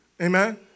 Amen